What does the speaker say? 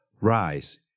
Rise